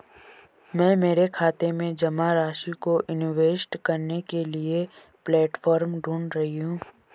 मैं मेरे खाते में जमा राशि को इन्वेस्ट करने के लिए प्लेटफॉर्म ढूंढ रही हूँ